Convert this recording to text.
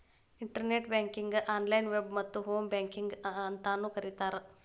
internet ಬ್ಯಾಂಕಿಂಗಗೆ online web ಮತ್ತ home banking ಅಂತಾನೂ ಕರಿತಾರ